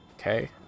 Okay